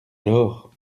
alors